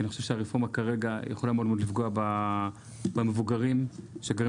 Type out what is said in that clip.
אני חושב שהרפורמה כרגע יכולה מאוד לפגוע במבוגרים שגרים